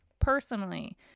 personally